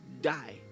die